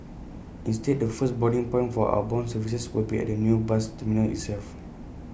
instead the first boarding point for outbound services will be at the new bus terminal itself